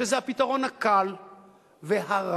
שזה הפתרון הקל והרע